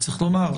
צריך לומר,